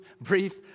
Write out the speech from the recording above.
brief